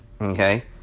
okay